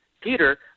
Peter